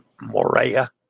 Morea